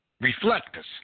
reflectors